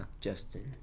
Justin